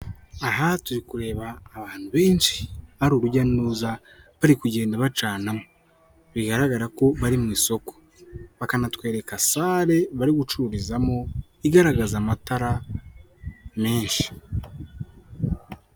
Aha turi kureba abantu benshi ari ubujya n'uruza bari kugenda bacanamo bigaragara ko bari mu isoko bakanatwereka sale bari gucururizamo igaragaza amatara menshi.